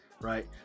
right